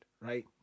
right